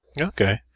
Okay